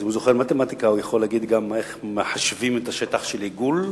אז אם הוא זוכר מתמטיקה הוא יכול להגיד גם איך מחשבים את השטח של עיגול,